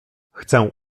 chcę